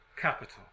capital